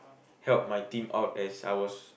help my team out as I was